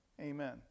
Amen